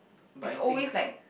but I think